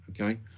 okay